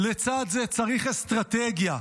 ולצד זה צריך אסטרטגיה,